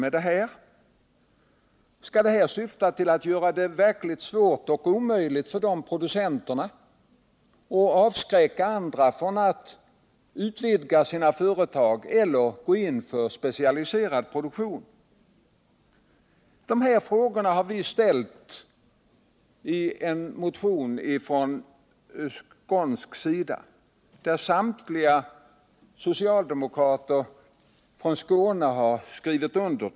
Syftar systemet till att göra det verkligt svårt och omöjligt för de producenterna och avskräcka andra från att utvidga sina företag eller gå in för specialiserad produktion? Dessa frågor har vi ställt i en motion, som samtliga socialdemokrater från Skåne har skrivit under.